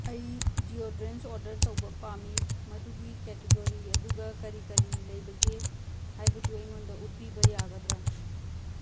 ꯑꯩ ꯗ꯭ꯌꯣꯗ꯭ꯔꯦꯟꯁ ꯑꯣꯔꯗꯔ ꯇꯧꯕ ꯄꯥꯝꯃꯤ ꯃꯗꯨꯒꯤ ꯀꯦꯇꯒꯣꯔꯤ ꯑꯗꯨꯒ ꯀꯔꯤ ꯀꯔꯤ ꯂꯩꯕꯒꯦ ꯍꯥꯏꯕꯗꯨ ꯟꯩꯉꯣꯟꯗ ꯎꯠꯄꯤꯕ ꯌꯥꯒꯗ꯭ꯔ